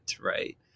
right